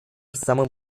самым